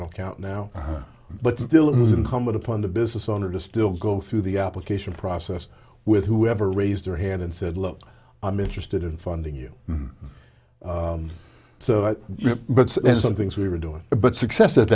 final count now but still it was incumbent upon the business owner to still go through the application process with whoever raised their hand and said look i'm interested in funding you so i but there's some things we were doing but success at